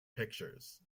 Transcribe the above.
pictures